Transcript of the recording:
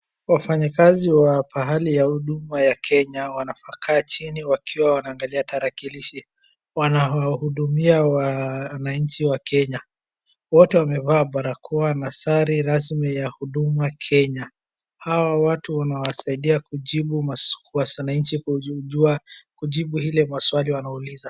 Wafanyakazi wa pahali ya Huduma ya Kenya wanakaa chini wakiwa wanaangalia tarakilishi, wanawahudumia wananchi wa Kenya. Wote wamevaa barakoa na sare rasmi ya Huduma ya Kenya. Hawa watu wanawasaidia wananchii kujibu ile maswali wanaouliza.